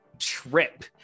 trip